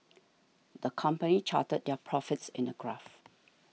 the company charted their profits in a graph